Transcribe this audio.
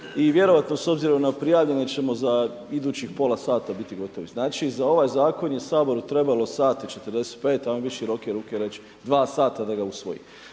i vjerojatno s obzirom na prijavljene ćemo za idućih pola sata biti gotovi. Znači za ovaj zakon je Saboru trebalo sat i 45 a ajmo biti široke ruke i reći 2 sata da ga usvoji.